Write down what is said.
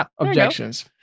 objections